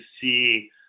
see